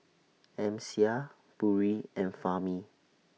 Amsyar Putri and Fahmi